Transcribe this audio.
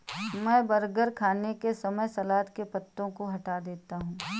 मैं बर्गर खाने के समय सलाद के पत्तों को हटा देता हूं